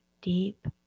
deep